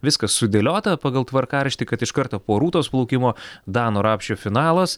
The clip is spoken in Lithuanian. viskas sudėliota pagal tvarkaraštį kad iš karto po rūtos plaukimo dano rapšio finalas